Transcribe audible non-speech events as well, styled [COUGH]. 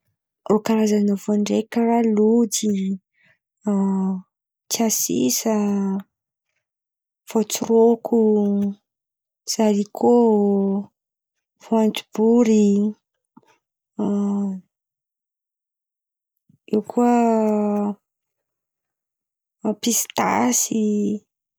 Rô Karazan̈a voa ndraiky, karà lojy [HESITATION] tsiasisa, voatsorôko, zarikô, voanjobory [HESITATION] eo kà pisitasy.